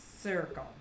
circle